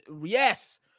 Yes